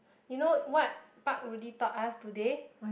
you know what Pak-Rudy taught us today